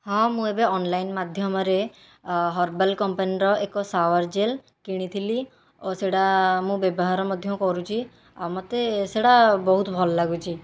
ହଁ ମୁଁ ଏବେ ଅନ୍ଲାଇନ୍ ମାଧ୍ୟମରେ ହର୍ବାଲ କମ୍ପାନୀର ଏକ ଶାୱାର ଜେଲ୍ କିଣିଥିଲି ଓ ସେହିଟା ମୁଁ ବ୍ୟବହାର ମଧ୍ୟ କରୁଛି ଆଉ ମୋତେ ସେହିଟା ବହୁତ ଭଲ ଲାଗୁଛି